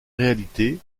réalité